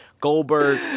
Goldberg